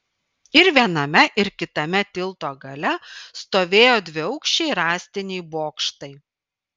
ir viename ir kitame tilto gale stovėjo dviaukščiai rąstiniai bokštai